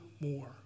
more